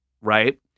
right